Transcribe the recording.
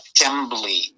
assembly